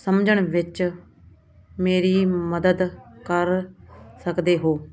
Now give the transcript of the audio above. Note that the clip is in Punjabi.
ਸਮਝਣ ਵਿੱਚ ਮੇਰੀ ਮਦਦ ਕਰ ਸਕਦੇ ਹੋ